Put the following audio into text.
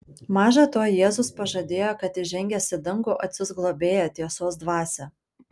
maža to jėzus pažadėjo kad įžengęs į dangų atsiųs globėją tiesos dvasią